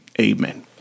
Amen